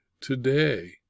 Today